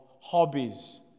hobbies